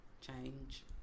change